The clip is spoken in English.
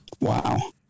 Wow